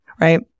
right